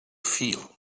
feel